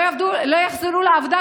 לא יחזרו לעבודה,